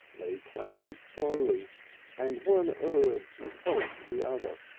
they clambered slowly and one urged and helped the other,